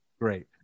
Great